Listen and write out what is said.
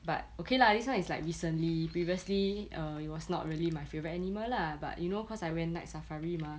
but okay lah this one is like recently previously err it was not really my favourite animal lah but you know cause I went night safari mah